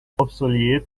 obsolete